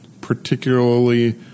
particularly